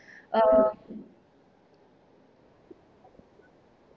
uh